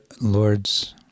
Lord's